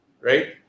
right